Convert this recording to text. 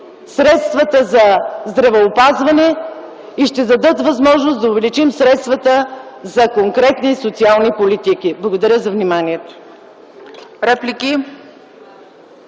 средствата за здравеопазване и ще дадат възможност да увеличим средствата за конкретни социални политики. Благодаря за вниманието.